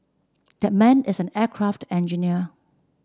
that man is an aircraft engineer